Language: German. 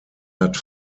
hat